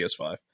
PS5